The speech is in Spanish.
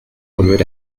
volver